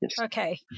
Okay